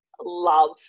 love